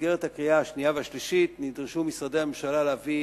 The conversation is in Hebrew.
שבמסגרת ההכנה לקריאה השנייה והשלישית נדרשו משרדי הממשלה להביא